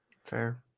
fair